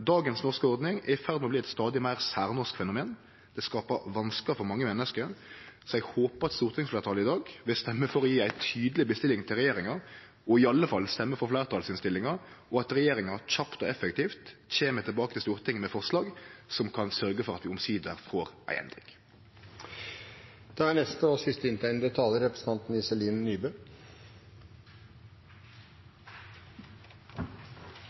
dagens norske ordning er i ferd med å bli eit stadig meir særnorsk fenomen. Det skaper vanskar for mange menneske, så eg håper at stortingsfleirtalet i dag vil stemme for å gje ei tydeleg bestilling til regjeringa, i alle fall stemme for fleirtalsinnstillinga, og at regjeringa kjapt og effektivt kjem tilbake til Stortinget med forslag som kan sørgje for at vi omsider får